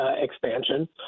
expansion